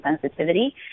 sensitivity